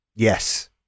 Yes